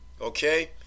Okay